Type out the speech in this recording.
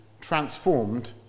transformed